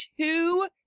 two